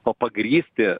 o pagrįsti